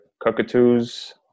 Cockatoos